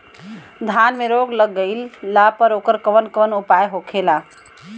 धान में रोग लग गईला पर उकर कवन कवन उपाय होखेला?